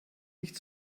nicht